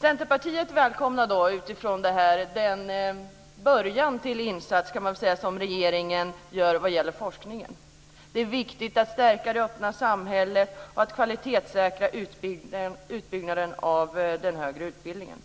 Centerpartiet välkomnar utifrån detta den början till insats som regeringen gör för forskningen. Det är viktigt att stärka det öppna samhället och att kvalitetssäkra utbyggnaden av den högre utbildningen.